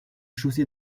chaussée